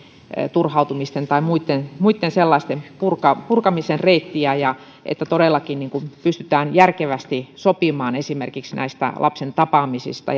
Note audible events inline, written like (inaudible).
turhautumisten tai muitten muitten sellaisten purkamisen purkamisen reittiä että todellakin pystytään järkevästi sopimaan esimerkiksi näistä lapsen tapaamisista (unintelligible)